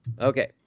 Okay